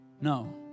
No